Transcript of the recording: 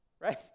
right